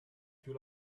più